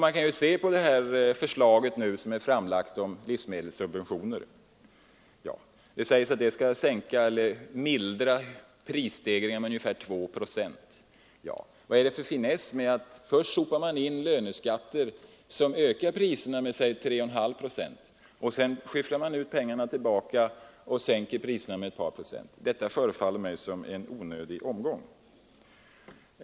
Man kan ju se på det förslag om livsmedelssubventioner som nu är framlagt. Det sägs att det skall mildra prisstegringarna med ungefär 2 procent. Vad är det då för finess med att man först sopar in löneskatter, som ökar priserna med 3,5 procent, och att man sedan skyfflar tillbaka subventioner och sänker priserna med ett par procent? Det förefaller mig som en onödig omgång.